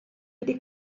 wedi